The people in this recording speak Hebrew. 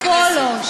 גם פה לא.